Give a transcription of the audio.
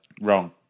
wrong